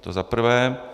To za prvé.